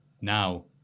Now